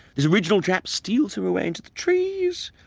this original chap steals her away into the trees,